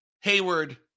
Hayward